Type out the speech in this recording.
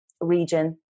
region